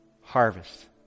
harvest